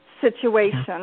situation